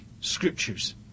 scriptures